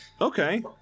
Okay